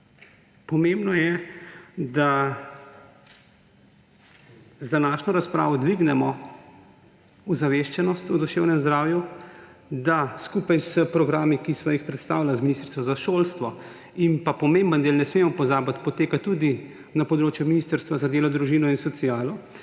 Pomembno je, da z današnjo razpravo dvignemo ozaveščenost o duševnem zdravju; da skupaj s programi, ki sva jih predstavila z ministrico za šolstvo – in ne smemo pozabiti, da pomemben del poteka tudi na področju Ministrstva za delo, družino in socialo